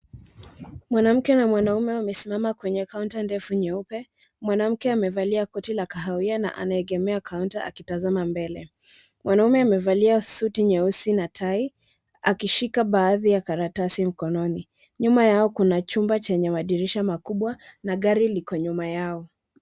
Mwanamke na mwanamume wamesimama kwenye kaunta ndefu nyeupe, mwanamke amevalia koti la kahawia na anaegemea kaunta akitazama mbele. Mwanaume amevalia suti nyeusi na tie , akishika baadhi ya karatasi mkononi. Nyuma yao kuna chumba chenye madirisha makubwa na gari liko nyuma yao.